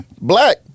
black